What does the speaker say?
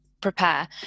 prepare